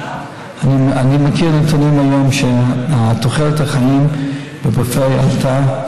אני מכיר נתונים היום שתוחלת החיים בפריפריה עלתה,